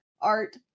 art